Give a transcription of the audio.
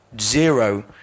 zero